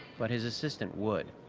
but his assistant would.